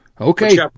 Okay